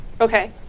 Okay